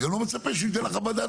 ואני גם לא מצפה שהוא ייתן לך חוות דעת